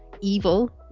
evil